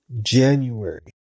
January